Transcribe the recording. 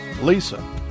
Lisa